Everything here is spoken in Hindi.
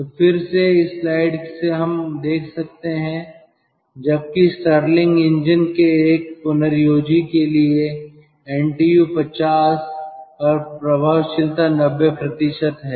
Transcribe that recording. तो फिर से इस स्लाइड से हम देख सकते हैं जबकि स्टर्लिंग इंजन के एक पुनर्योजी के लिए NTU 50 और प्रभावशीलता 90 है